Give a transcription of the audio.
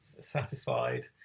satisfied